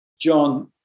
John